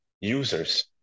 users